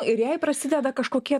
ir jei prasideda kažkokie